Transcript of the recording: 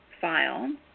file